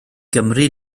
gymri